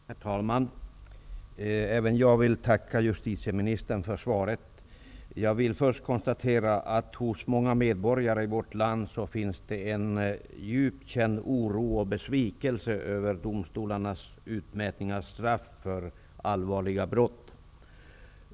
Herr talman! Även jag vill tacka justitieministern för svaret. Jag vill först konstatera att det hos många medborgare i vårt land finns en djupt känd oro och besvikelse över domstolarnas utmätning av straff för allvarliga brott.